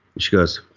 she goes,